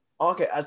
Okay